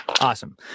Awesome